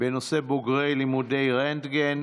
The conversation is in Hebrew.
בנושא בוגרי לימודי רנטגן.